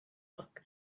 book